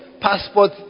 passport